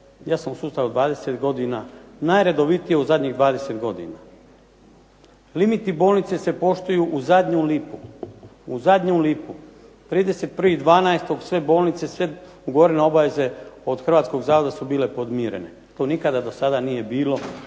ja sam u sustavu 20 godina, najredovitije u zadnjih 20 godina. Limiti bolnice se poštuju u zadnju lipu, u zadnju lipu. 31.12. sve bolnice, sve ugovorene obaveze od Hrvatskog zavoda su bile podmirene. To nikada dosada nije bilo,